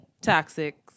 toxic